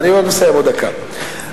אני מסיים, עוד דקה.